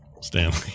Stanley